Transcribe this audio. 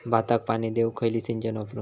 भाताक पाणी देऊक खयली सिंचन वापरू?